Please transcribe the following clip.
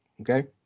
Okay